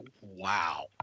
wow